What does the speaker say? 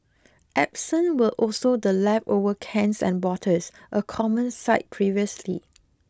absent were also the leftover cans and bottles a common sight previously